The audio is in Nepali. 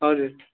हजुर